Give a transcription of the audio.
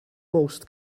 most